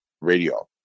radio